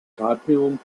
cadmium